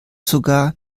sogar